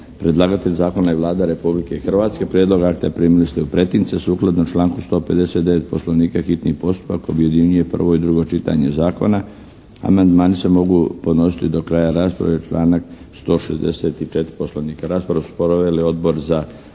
Predlagatelj zakona je Vlada Republike Hrvatske. Prijedlog akta primili ste u pretince, sukladno članku 159. Poslovnika hitni postupak objedinjuje prvo i drugo čitanje zakona. Amandmani se mogu podnositi do kraja rasprave, članak 164. Poslovnika. Raspravu su proveli Odbor za